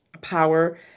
power